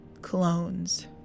clones